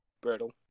brittle